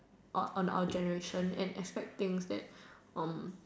on on our generation and expect things that um